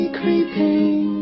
creeping